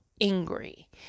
angry